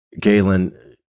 Galen